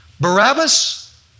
Barabbas